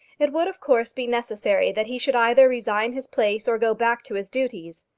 it would of course be necessary that he should either resign his place or go back to his duties.